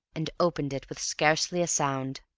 and opened it with scarcely a sound